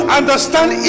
understand